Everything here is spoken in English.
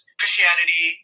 christianity